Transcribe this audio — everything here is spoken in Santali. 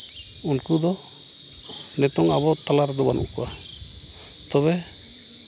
ᱩᱱᱠᱩ ᱫᱚ ᱱᱤᱛᱚᱝ ᱟᱵᱚ ᱛᱟᱞᱟ ᱨᱮᱫᱚ ᱵᱟᱹᱱᱩᱜ ᱠᱚᱣᱟ ᱛᱚᱵᱮ